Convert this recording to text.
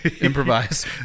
improvise